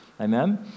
Amen